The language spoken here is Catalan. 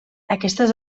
aquestes